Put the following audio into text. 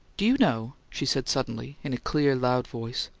do you know? she said, suddenly, in a clear, loud voice.